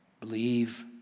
believe